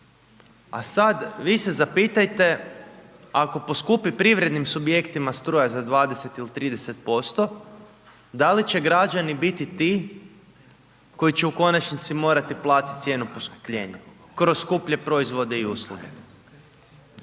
A sad vi se zapitajte ako poskupi privrednim subjektima struja za 20 ili 30% da i će građani biti ti koji će u konačnici morati platiti cijenu poskupljenja kroz skuplje proizvode i usluge.